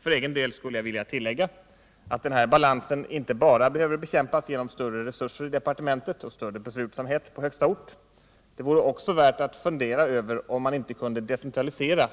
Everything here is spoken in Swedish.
För egen del skulle jag vilja tillägga, att den här balansen inte bara behöver bekämpas genom större resurser i departementet och större beslutsamhet på högsta ort — det vore också värt att fundera över om man inte kunde decentralisera